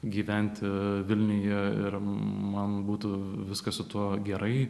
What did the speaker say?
gyventi vilniuje ir man būtų viskas su tuo gerai